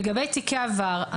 לגבי תיקי עבר,